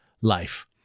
life